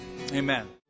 amen